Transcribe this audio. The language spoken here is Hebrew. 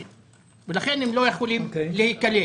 ולכן הם לא יכולים להיקלט.